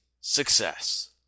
success